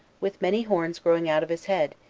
with many horns growing out of his head,